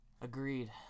Agreed